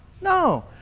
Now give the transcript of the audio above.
No